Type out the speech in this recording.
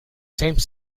same